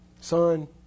Son